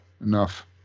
Enough